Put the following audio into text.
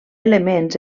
elements